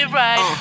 right